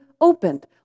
opened